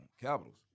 Capitals